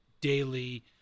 daily